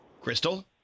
Crystal